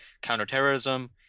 counterterrorism